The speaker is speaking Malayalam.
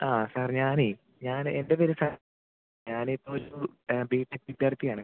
ആ സാർ ഞാൻ ഞാൻ എൻ്റെ പേര് സാർ ഞാൻ ഇപ്പം ഒരു ബിടെക് വിദ്യാർത്ഥി ആണ്